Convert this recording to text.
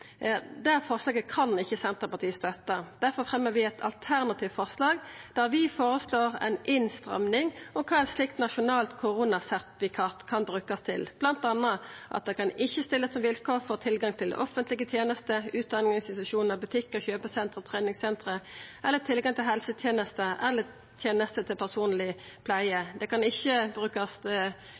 Det forslaget kan ikkje Senterpartiet støtta. Difor fremjar vi eit alternativt forslag med ei innstramming av kva eit slikt nasjonalt koronasertifikat kan brukast til. Blant anna kan det ikkje stillast som vilkår for å få tilgang til offentlege tenester, utdanningsinstitusjonar, butikkar, kjøpesenter, treningssenter, helsetenester eller tenester til personleg pleie, det kan ikkje brukast